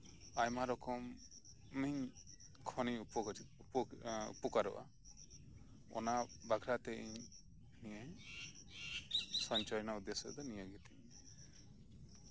ᱟᱭᱢᱟ ᱨᱚᱠᱚᱢ ᱤᱧ ᱠᱷᱚᱱᱤᱧ ᱩᱯᱚᱠᱟᱨᱚᱜ ᱟ ᱚᱱᱟ ᱵᱟᱠᱷᱨᱟᱛᱮ ᱤᱧ ᱱᱤᱭᱟᱹ ᱥᱚᱧᱪᱚᱭ ᱨᱮᱱᱟᱜ ᱩᱫᱮᱥᱚ ᱫᱚ ᱱᱤᱭᱟᱹᱜᱮ